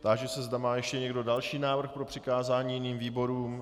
Táži se, zda má ještě někdo další návrh pro přikázání jiným výborům.